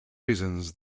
reasons